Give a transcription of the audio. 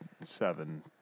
seven